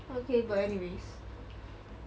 okay but anyways